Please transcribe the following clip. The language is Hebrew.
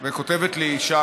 כותבת לי אישה,